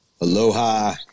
Aloha